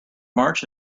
march